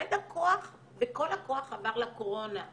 יורד הכוח וכל הכוח עבר לקורונה.